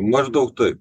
maždaug taip